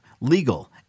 legal